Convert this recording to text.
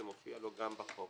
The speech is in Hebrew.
זה מופיע לו גם בחוק.